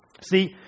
See